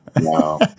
No